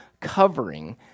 covering